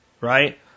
right